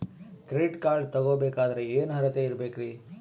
Credit card ತೊಗೋ ಬೇಕಾದರೆ ಏನು ಅರ್ಹತೆ ಇರಬೇಕ್ರಿ?